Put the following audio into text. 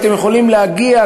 אם אתם יכולים להגיע.